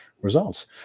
results